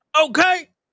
Okay